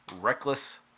reckless